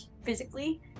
physically